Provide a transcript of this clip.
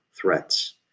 threats